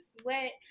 sweat